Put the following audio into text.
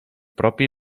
propi